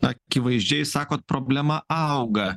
akivaizdžiai sakot problema auga